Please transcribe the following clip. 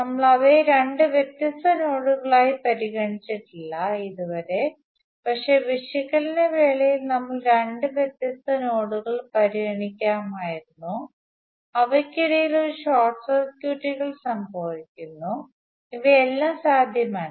നമ്മൾ അവയെ രണ്ടു വ്യത്യസ്ത നോഡുകളായി പരിഗണിച്ചിട്ടില്ല ഇതുവരെ പക്ഷേ വിശകലന വേളയിൽ നമ്മൾ രണ്ട് വ്യത്യസ്ത നോഡുകൾ പരിഗണിക്കുമായിരുന്നു അവയ്ക്കിടയിൽ ഒരു ഷോർട്ട് സർക്യൂട്ടുകൾ സംഭവിക്കുന്നു ഇവയെല്ലാം സാധ്യമാണ്